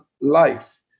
life